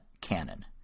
canon